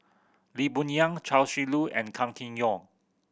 Lee Boon Yang Chia Shi Lu and Kam Kee Yong